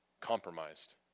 compromised